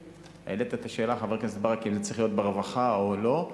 העלית את השאלה אם זה צריך להיות ברווחה או לא,